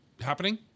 happening